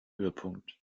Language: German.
höhepunkt